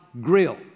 Grill